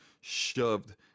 shoved